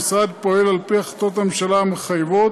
המשרד פועל על פי החלטות הממשלה המחייבות,